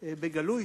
בגלוי,